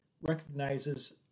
recognizes